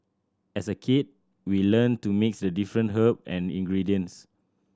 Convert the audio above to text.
as a kid we learnt to mix the different herb and ingredients